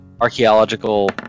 archaeological